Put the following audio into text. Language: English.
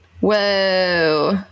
Whoa